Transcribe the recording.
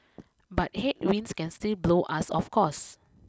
but headwinds can still blow us off course